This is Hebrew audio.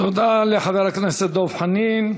תודה לחבר הכנסת דב חנין.